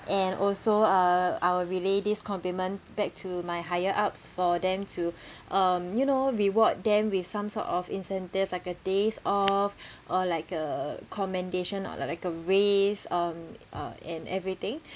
and also uh I will relay this compliment back to my higher ups for them to um you know reward them with some sort of incentive like a days off or like a commendation or like a raise um uh and everything